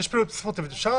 סופר קיטבקי.